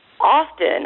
Often